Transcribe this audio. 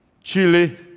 Chile